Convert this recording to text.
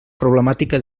problemàtica